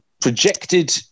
projected